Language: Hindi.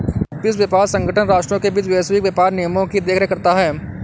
विश्व व्यापार संगठन राष्ट्रों के बीच वैश्विक व्यापार नियमों की देखरेख करता है